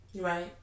Right